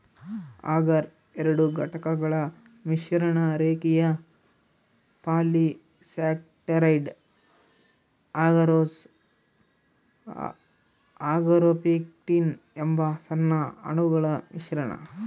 ಅಗರ್ ಎರಡು ಘಟಕಗಳ ಮಿಶ್ರಣ ರೇಖೀಯ ಪಾಲಿಸ್ಯಾಕರೈಡ್ ಅಗರೋಸ್ ಅಗಾರೊಪೆಕ್ಟಿನ್ ಎಂಬ ಸಣ್ಣ ಅಣುಗಳ ಮಿಶ್ರಣ